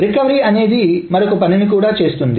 recovery అనేది మరొక పనిని కూడా చేస్తుంది